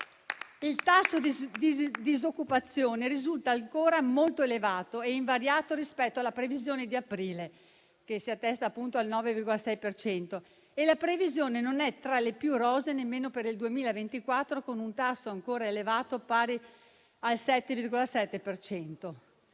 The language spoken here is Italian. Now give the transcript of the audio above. Il tasso di disoccupazione risulta infatti ancora molto elevato e invariato rispetto alla previsione di aprile, che si attesta appunto al 9,6 per cento, e la previsione non è tra le più rosee nemmeno per il 2024, con un tasso ancora elevato pari al 7,7